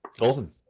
Awesome